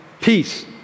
peace